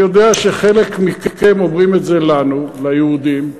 אני יודע שחלק מכם אומרים את זה לנו, ליהודים.